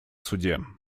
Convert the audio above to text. суде